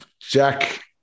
Jack